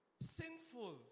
sinful